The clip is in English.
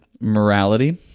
Morality